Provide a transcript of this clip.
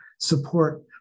support